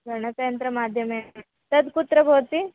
गणकयन्त्रमाध्यमेन तद् कुत्र भवति